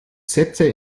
sätze